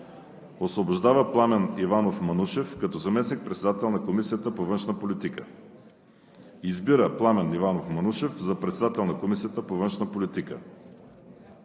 Освобождава Пламен Иванов Манушев като заместник-председател на Комисията по външна политика. 2. Избира Пламен Иванов Манушев за председател на Комисията по външна политика.